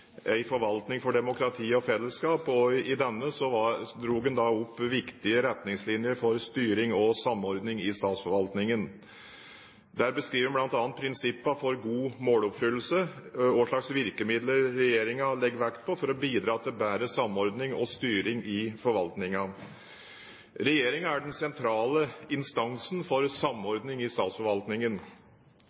denne dro en opp viktige retningslinjer for styring og samordning i statsforvaltningen. Der beskrives bl.a. prinsippene for god måloppfyllelse og hvilke virkemidler regjeringen legger vekt på for å bidra til bedre samordning og styring i forvaltningen. Regjeringen er den sentrale instansen for samordning i statsforvaltningen.